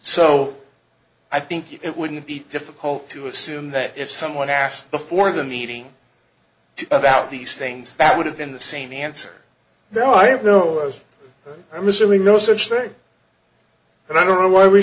so i think it wouldn't be difficult to assume that if someone asked before the meeting about these things that would have been the same answer there are no i'm assuming no such thing and i don't know why we